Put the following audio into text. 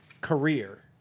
career